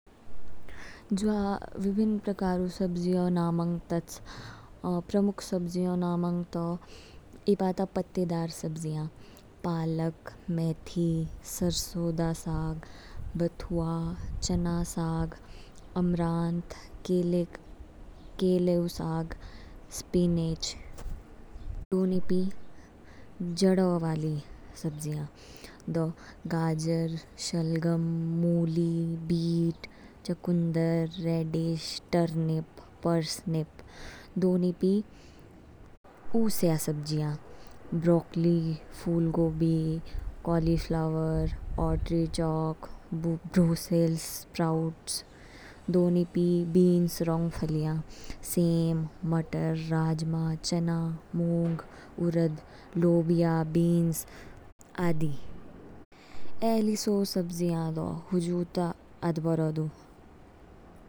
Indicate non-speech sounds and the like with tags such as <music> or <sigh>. ज्वा विभिन्न प्रकारों सब्ज़ियों नामंग तच, प्रमुख सब्जियों नामंग तो। इपा ता पत्तेदार सब्ज़ियां, पालक, मैथी, सरसो दा साग। बथुआ, चना साग, अमरांत, केले <unintelligible> ऊ साग, स्पेनेज। दो निपी जडो वाली सब्ज़ियां दो, गाजर, शलगम, मूली, बीट, चकुंदर, रेडिश, टर्निप, पर्सनिप। दो निपी ऊ सया सब्जियां, ब्रोक्लि, फुल्गोबि, cauliflower, artichoke, Brussels, sprouts. दो निपी बीन्स रंग फ्लियाँ, सेम, मटर, राजमाह, चना, मूंग, उरद, लोबिया बीन्स आदि। ए ली सो सब्जियां तो हुजु ता अदबोरो दू।